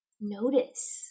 notice